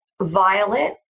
Violet